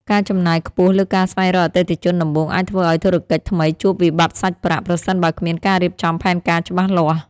ការចំណាយខ្ពស់លើការស្វែងរកអតិថិជនដំបូងអាចធ្វើឱ្យធុរកិច្ចថ្មីជួបវិបត្តិសាច់ប្រាក់ ប្រសិនបើគ្មានការរៀបចំផែនការច្បាស់លាស់។